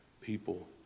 people